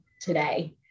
today